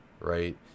right